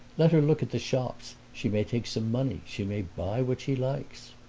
let her look at the shops she may take some money, she may buy what she likes.